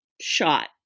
shot